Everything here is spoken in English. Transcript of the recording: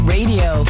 Radio